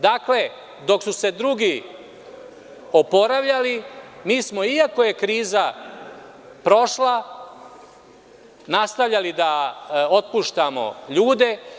Dakle, dok su se drugi oporavljali, mi smo, iako je kriza prošla, nastavljali da otpuštamo ljude.